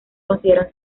consideran